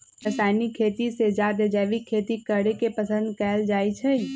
रासायनिक खेती से जादे जैविक खेती करे के पसंद कएल जाई छई